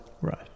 right